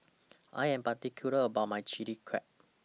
I Am particular about My Chili Crab